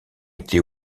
été